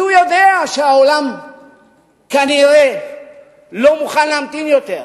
כי הוא יודע שהעולם כנראה לא מוכן להמתין יותר,